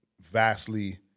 vastly